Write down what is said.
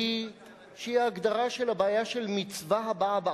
שהיא הבעיה של מצווה הבאה בעבירה,